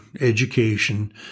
education